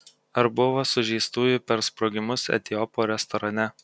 ar buvo sužeistųjų per sprogimus etiopo restorane